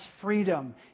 freedom